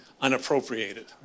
unappropriated